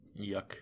Yuck